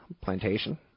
Plantation